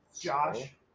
Josh